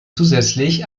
zusätzlich